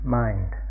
mind